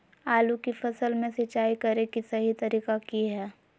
आलू की फसल में सिंचाई करें कि सही तरीका की हय?